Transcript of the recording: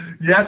Yes